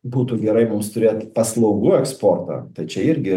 būtų gerai mus turėt paslaugų eksportą tai čia irgi